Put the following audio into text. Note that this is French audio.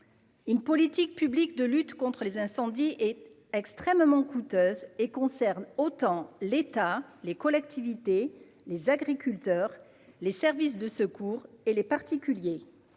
Une politique publique de lutte contre les incendies est extrêmement coûteuse et concerne autant l'État, les collectivités, les agriculteurs, les services de secours et les particuliers.